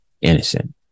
innocent